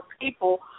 people